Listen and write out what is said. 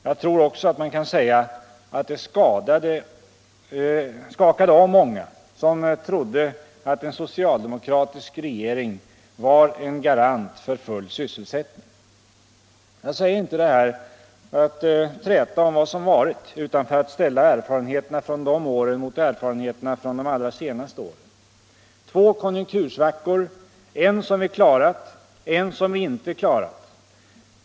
Jag tror också man kan säga att det skakade om många som trodde att en socialdemokratisk regering var en garant för full sysselsättning. Jag säger inte detta för att träta om vad som varit, utan för att ställa erfarenheterna från de åren mot erfarenheterna från de allra senaste åren. Två konjunktursvackor — en som vi klarat, en som vi inte klarat.